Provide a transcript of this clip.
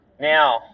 Now